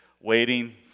waiting